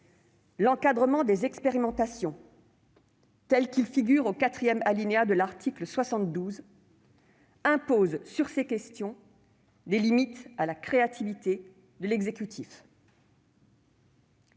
l'encadrement des expérimentations, tel qu'il figure au quatrième alinéa de l'article 72 de la Constitution, impose sur ces questions des limites à la créativité de l'exécutif.